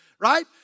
right